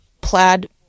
plaid